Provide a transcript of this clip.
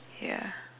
ya